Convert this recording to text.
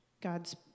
God's